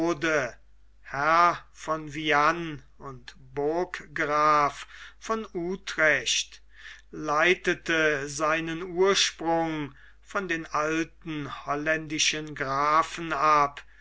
von viane und burggraf von utrecht leitete seinen ursprung von den alten holländischen grafen ab